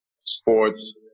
sports